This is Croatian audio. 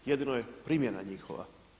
Jedino je primjena njihova.